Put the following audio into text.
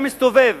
היה מסתובב